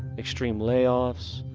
extreme layoffs,